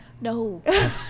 no